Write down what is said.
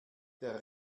der